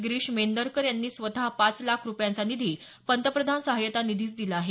गिरीश मैंदरकर यांनी स्वत पाच लाख रुपयांचा निधी पंतप्रधान सहायता निधीस दिला आहे